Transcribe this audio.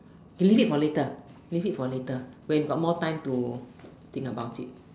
use it for later use it for later when got more time to think about it